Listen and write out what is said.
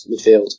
midfield